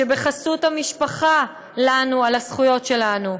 שבחסות המשפחה לָנּו על הזכויות שלנו,